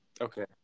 okay